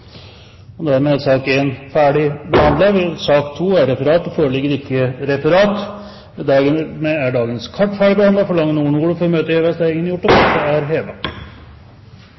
er sak nr. 1 ferdigbehandlet. Det foreligger ikke noe referat. Dermed er dagens kart ferdig behandlet. Forlanger noen ordet før møtet heves? – Møtet er